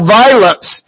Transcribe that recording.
violence